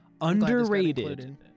Underrated